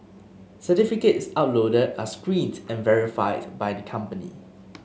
certificates uploaded are screened and verified by the company